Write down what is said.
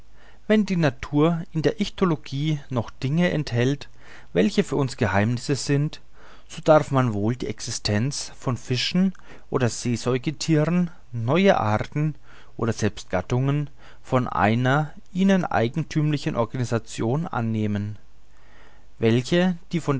wenn die natur in der ichthyologie noch dinge enthält welche für uns geheimnisse sind so darf man wohl die existenz von fischen oder seesäugethieren neuen arten oder selbst gattungen von einer ihnen eigenthümlichen organisation annehmen welche die